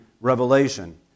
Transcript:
revelation